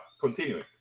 continuing